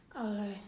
Okay